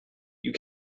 you